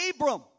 Abram